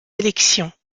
élections